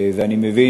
ואני מבין,